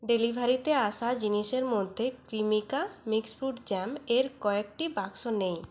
ডেলিভারিতে আসা জিনিসের মধ্যে ক্রিমিকা মিক্স ফ্রুট জ্যাম এর কয়েকটি বাক্স নেই